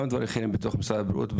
גם תהליכים בתוך משרד הבריאות,